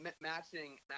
matching